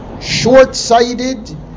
short-sighted